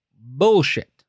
bullshit